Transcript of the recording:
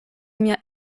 mia